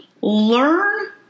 learn